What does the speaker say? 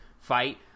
fight